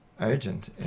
urgent